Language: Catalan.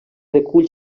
recull